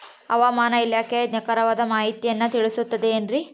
ಹವಮಾನ ಇಲಾಖೆಯ ನಿಖರವಾದ ಮಾಹಿತಿಯನ್ನ ತಿಳಿಸುತ್ತದೆ ಎನ್ರಿ?